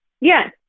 Yes